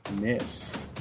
miss